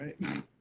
right